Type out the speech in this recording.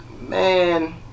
man